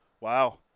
Wow